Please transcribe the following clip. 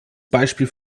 beispiel